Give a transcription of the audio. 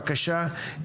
בבקשה,